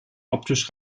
optisch